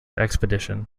expedition